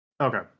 Okay